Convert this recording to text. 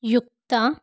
Yukta